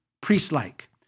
priest-like